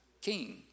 king